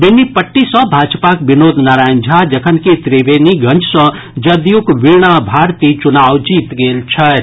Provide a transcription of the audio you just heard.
बेनीपट्टी सॅ भाजपाक विनोद नारायण झा जखनकि त्रिवेणीगंज सॅ जदयूक बीणा भारती चुनाव जीत गेल छथि